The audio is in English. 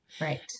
Right